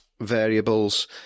variables